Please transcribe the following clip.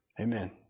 Amen